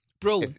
Bro